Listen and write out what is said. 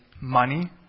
money